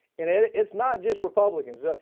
and and it's not just republicans.